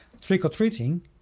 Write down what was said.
trick-or-treating